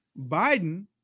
Biden